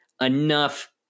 enough